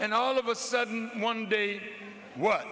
and all of a sudden one day what